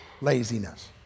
laziness